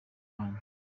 wanjye